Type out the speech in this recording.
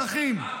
נשים ואזרחים.